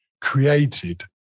created